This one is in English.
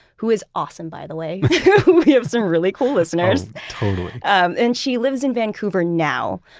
who is awesome, by the way. we have some really cool listeners totally um and she lives in vancouver now,